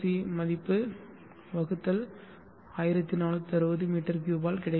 C மதிப்பு வகுத்தல் 1460 மீ 3 ஆல் கிடைக்கும்